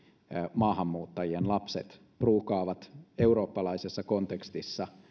maahanmuuttajien lapset pruukaavat eurooppalaisessa kontekstissa